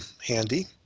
handy